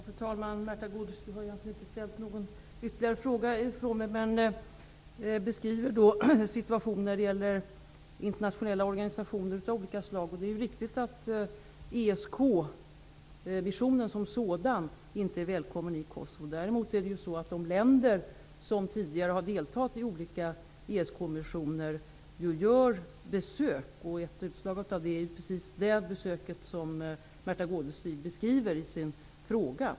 Fru talman! Märtha Gårdestig har inte ställt någon ytterligare fråga till mig men beskriver situationer när det gäller internationella organisationer av olika slag. Det är viktigt att notera att ESK missionen som sådan inte är välkommen i Kosovo. Däremot gör de länder som tidigare har deltagit i olika ESK-missioner besök. Ett utslag av detta är precis det besök som Märtha Gårdestig beskriver i sin fråga.